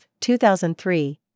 2003